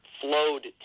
flowed